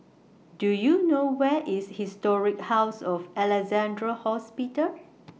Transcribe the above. Do YOU know Where IS Historic House of Alexandra Hospital